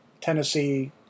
Tennessee